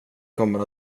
kommer